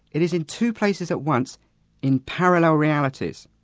it is in two places at once in parallel realities.